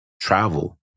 Travel